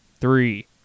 three